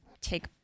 take